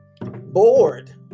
bored